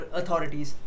authorities